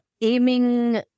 aiming